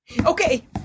Okay